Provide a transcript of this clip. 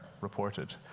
reported